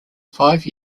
five